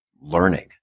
learning